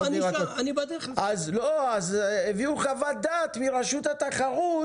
אז הביאו חוות דעת מרשות התחרות